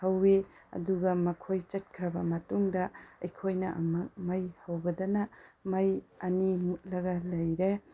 ꯍꯧꯏ ꯑꯗꯨꯒ ꯃꯈꯣꯏ ꯆꯠꯈ꯭ꯔꯕ ꯃꯇꯨꯡꯗ ꯑꯩꯈꯣꯏꯅ ꯑꯃꯨꯛ ꯃꯩ ꯍꯧꯕꯗꯅ ꯃꯩ ꯑꯅꯤ ꯃꯨꯠꯂꯒ ꯂꯩꯔꯦ